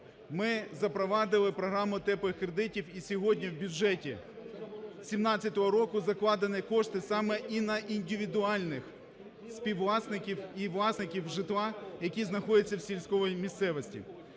ми запровадили програму "теплих кредитів" і сьогодні в бюджеті 2017 року закладені кошти саме і на індивідуальних співвласників і власників житла, які знаходяться в сільській місцевості.